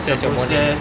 process your morning